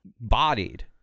bodied